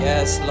Yes